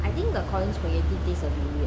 I think the collin's taste a bit weird